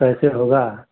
कैसे होगा